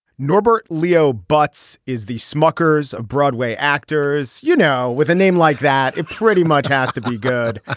norbert leo butz is the smucker's of broadway actors. you know with a name like that it pretty much has to be good.